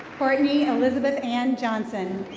courtney elizabeth anne johnson.